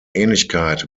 ähnlichkeit